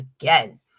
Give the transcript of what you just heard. again